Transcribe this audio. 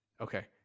Okay